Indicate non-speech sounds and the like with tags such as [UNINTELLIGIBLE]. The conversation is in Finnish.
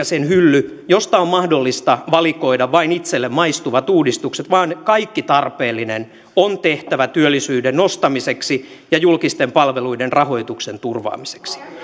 [UNINTELLIGIBLE] sen hylly josta on mahdollista valikoida vain itselle maistuvat uudistukset vaan kaikki tarpeellinen on tehtävä työllisyyden nostamiseksi ja julkisten palveluiden rahoituksen turvaamiseksi